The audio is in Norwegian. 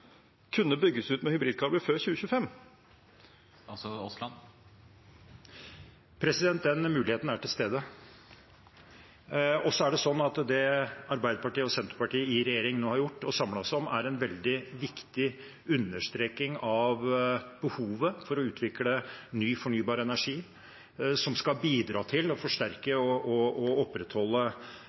kunne bygges ut med hybridkabler før 2025? Den muligheten er til stede. Det Arbeiderpartiet og Senterpartiet i regjering har gjort og samlet oss om nå, er en veldig viktig understrekning av behovet for å utvikle ny fornybar energi som skal bidra til å forsterke og